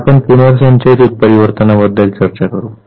आता आपण पुनर्संचयित उत्परिवर्तनाबद्दल चर्चा करू